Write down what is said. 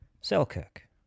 Selkirk